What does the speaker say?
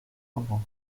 sobą